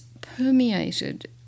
permeated